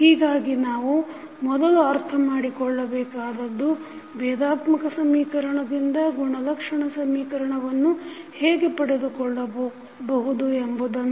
ಹೀಗಾಗಿ ನಾವು ಮೊದಲು ಅರ್ಥ ಮಾಡಿಕೊಳ್ಳಬೇಕಾದದ್ದು ಭೇದಾತ್ಮಕ ಸಮೀಕರಣದಿಂದ ಗುಣಲಕ್ಷಣ ಸಮೀಕರಣವನ್ನು ಹೇಗೆ ಪಡೆದುಕೊಳ್ಳಬಹುದು ಎಂಬುದನ್ನು